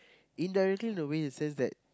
indirect in the way the sense that